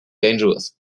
dangerous